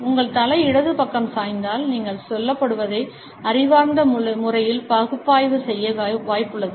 உங்கள் தலை இடது பக்கம் சாய்ந்தால் நீங்கள் சொல்லப்படுவதை அறிவார்ந்த முறையில் பகுப்பாய்வு செய்ய வாய்ப்புள்ளது